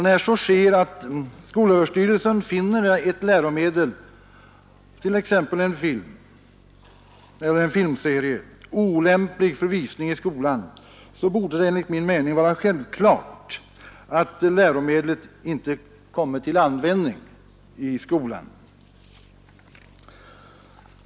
När så sker att skolöverstyrelsen finner t.ex. en film eller en filmserie olämplig för visning borde det enligt min mening vara självklart att läromedlet inte kommer till användning i skolan.